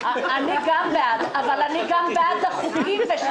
אני גם בעד, אבל אני גם בעד החוקים.